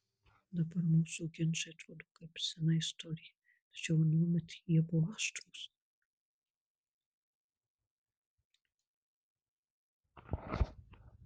dabar mūsų ginčai atrodo kaip sena istorija tačiau anuomet jie buvo aštrūs